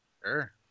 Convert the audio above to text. Sure